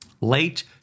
Late